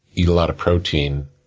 eat a lot of protein,